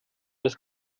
das